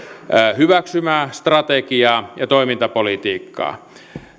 hyväksymää strategiaa ja toimintapolitiikkaa